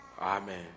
Amen